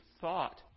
thought